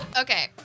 Okay